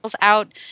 out